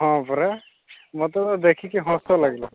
ହଁ ପରା ମୋତେ ତ ଦେଖିକି ହସ ଲାଗିଲା